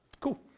Cool